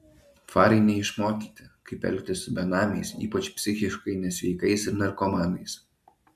farai neišmokyti kaip elgtis su benamiais ypač psichiškai nesveikais ir narkomanais